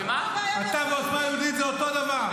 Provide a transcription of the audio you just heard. אתה ועוצמה יהודית זה אותו דבר.